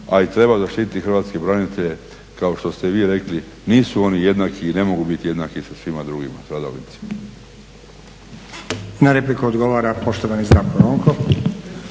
a i treba zaštititi hrvatske branitelje. Kao što ste vi rekli, nisu oni jednaki i ne mogu biti jednaki sa svim drugim stradalnicima.